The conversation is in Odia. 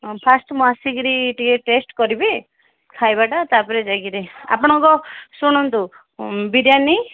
ହଁ ଫାଷ୍ଟ୍ ମୁଁ ଆସିକିରି ଟିକେ ଟେଷ୍ଟ୍ କରିବି ଖାଇବାଟା ତା'ପରେ ଯାଇକିରି ଆପଣଙ୍କ ଶୁଣନ୍ତୁ ବିରିୟାନୀ